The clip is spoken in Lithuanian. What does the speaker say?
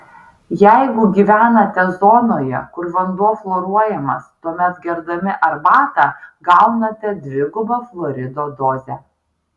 jeigu gyvenate zonoje kur vanduo fluoruojamas tuomet gerdami arbatą gaunate dvigubą fluorido dozę